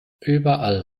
überall